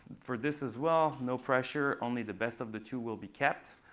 for this as well, no pressure. only the best of the two will be kept.